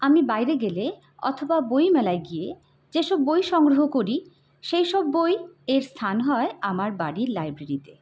আমি বাইরে গেলে অথবা বইমেলায় গিয়ে যেসব বই সংগ্রহ করি সেই সব বইয়ের স্থান হয় আমার বাড়ির লাইব্রেরিতে